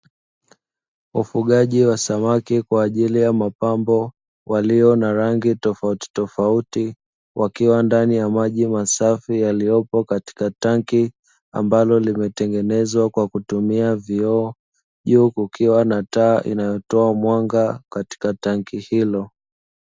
Ufugaji wa samaki kwa ajili ya mapambo walio na rangi tofautitofauti, wakiwa ndani ya maji masafi yaliyopo katika tanki ambalo limetengenezwa kwa kutumia vioo, juu kukiwa na taa inayotoa mwanga katika tanki hilo.